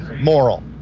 moral